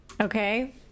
Okay